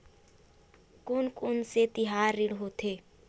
कोन कौन से तिहार ऋण होथे?